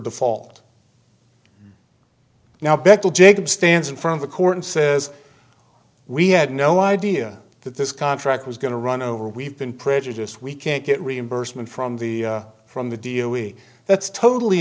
default now back to jacob stands in front of the court and says we had no idea that this contract was going to run over we've been prejudiced we can't get reimbursement from the from the deal we that's totally